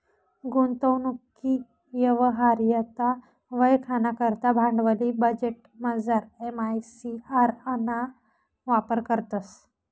गुंतवणूकनी यवहार्यता वयखाना करता भांडवली बजेटमझार एम.आय.सी.आर ना वापर करतंस